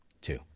Two